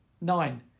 Nine